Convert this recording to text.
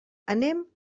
anem